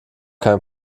kein